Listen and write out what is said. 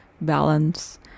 balance